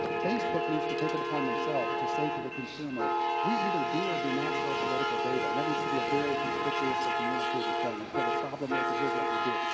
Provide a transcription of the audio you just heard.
facebook needs to take it upon themselves to say to the consumer we either do or do not sell political data. and that needs to be a very conspicuously communicated thing. if you have a problem with it, here's what you do.